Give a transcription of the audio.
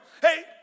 hey